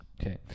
Okay